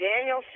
Daniel